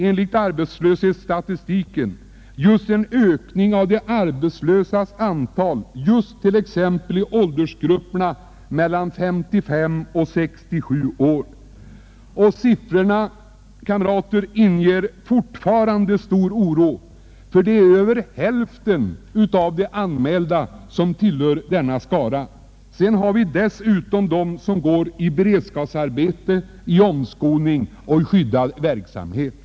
Men arbetslöshetssiffrorna för åldersgrupperna mellan 55 och 67 är inger alltjämt stor oro. Över hälften av de anmälda arbetslösa tillhör denna grupp, och dessutom har vi ju ett stort antal som går i beredskapsarbeten, i omskolning eller arbetar i skyddad verksamhet.